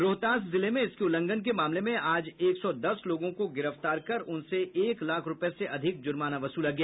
रोहतास जिले में इसके उल्लंघन के मामले में आज एक सौ दस लोगों को गिरफ्तार कर उनसे एक लाख रूपये से अधिक जुर्माना वसूला गया